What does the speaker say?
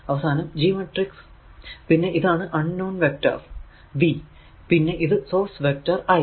അവസാനം G matrix പിന്നെ ഇതാണ് അൺ നോൺ വെക്റ്റർ V പിന്നെ ഇത് സോഴ്സ് വെക്റ്റർ I